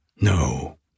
No